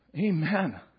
Amen